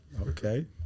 Okay